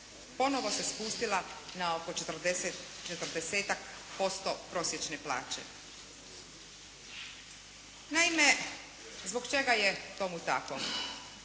ponovo se spustila na oko četrdesetak posto prosječne plaće. Naime, zbog čega je tomu tako?